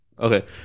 Okay